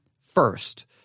first